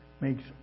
makes